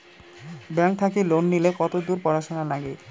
Bank থাকি loan নিলে কতদূর পড়াশুনা নাগে?